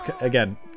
again